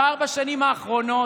בארבע השנים האחרונות,